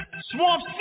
Swamp